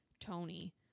Tony